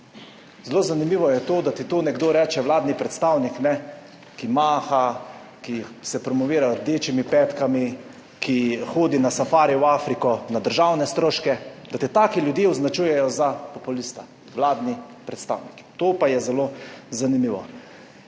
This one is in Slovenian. Zelo zanimivo je to, da ti to reče vladni predstavnik, ki maha, ki se promovira z rdečimi petkami, ki hodi na safari v Afriko na državne stroške, da te taki ljudje označujejo za populista. Vladni predstavniki. To pa je zelo zanimivo.